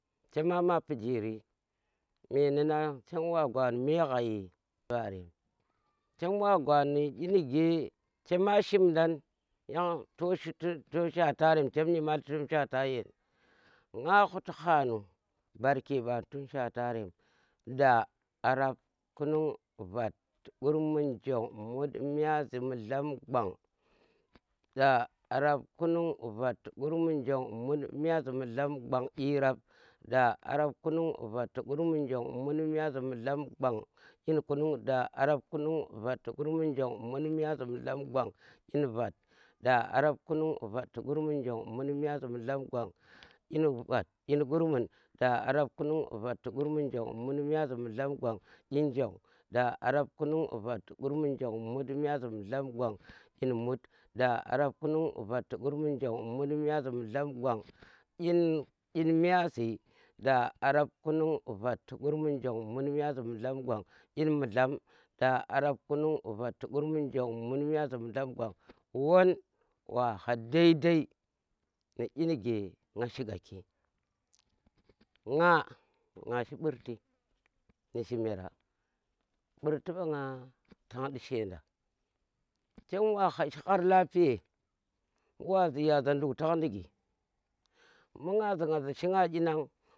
Chema ma pijiri meni nang chem wa gwa ne me ghai ɓorem, chem wa gwa inige chema shimdon, yang to shi tu tun shwarem chem nyimalti chem shwata yen, nga khuti hanu barke ɓanu tun shwatarem Da, rap, kwnung, vat, kurmun, njong, mut, myasi, mudlam, gwong, da arap kunung, vat, kurmun, njong, mut, myasi, mudlam, gwang. dyirap. da, arap, kunung, vat, kurmun, njong, mut, myasi, mudlam, gwang, da, arap, kunung, vat, kurmun, njong, mut, myasi, mudlam, gwan, dyin vat, dyin kurmun, da, arap, kunung, vat, kurmnu, njong, mut, myasi, mudlam, gwang, dyin njong, da, arap, kunung, vat, kurmun, njong, mut, myasi, mudlam, gwang, dyin mut, da, arap, kunung, njong, mut, myasi, mudlam, gwang, dyin dyin myasi, da, arap, kunung, vat, kurmun, njong, mut, myasi, mudlam, gwang, dyin mudlam, da, arap, kunung, vat, kurmun, njong, mut, myasi, mudlam, gwang, won, wa ha dai dai ni inige nga shiga ki, nga, nga shi burti ni jimera ɓurti ɓangna tang di she nda chem wa har lapiye mbu wa ziya za nduk tan ndugi mbu nga zi za shi nga kyi nang.